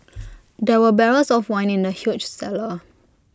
there were barrels of wine in the huge cellar